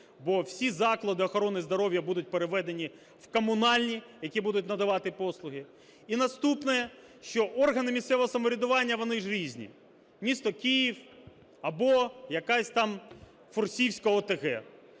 бо всі заклади охорони здоров'я будуть переведені в комунальні, які будуть надавати послуги. І наступне, що органи місцевого самоврядування - вони ж різні, місто Київ або якась там Фурсівська ОТГ,